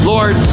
Lord